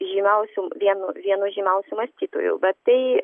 žymiausium vienu vienų žymiausių mąstytojų bet tai